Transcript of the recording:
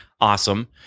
awesome